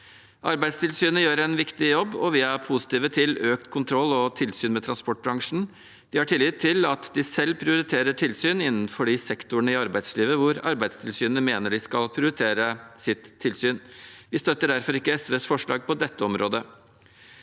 Arbeidstilsynet gjør en viktig jobb, og vi er positive til økt kontroll og tilsyn med transportbransjen. Vi har tillit til at de selv prioriterer tilsyn innenfor de sektorene i arbeidslivet hvor Arbeidstilsynet mener de skal prioritere sitt tilsyn. Vi støtter derfor ikke SVs forslag på dette området.